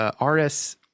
RS